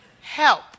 help